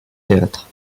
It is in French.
théâtres